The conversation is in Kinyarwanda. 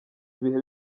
ibihe